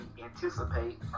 anticipate